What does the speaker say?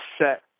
set